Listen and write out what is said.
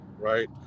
Right